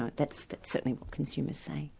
ah that's that's certainly what consumers say.